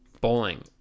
bowling